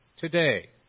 today